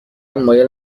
مایل